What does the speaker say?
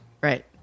Right